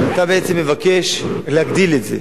אתה בעצם מבקש להגדיל את זה.